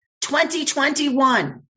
2021